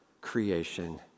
creation